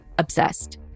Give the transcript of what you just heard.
obsessed